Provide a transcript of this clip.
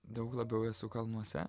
daug labiau esu kalnuose